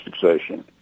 succession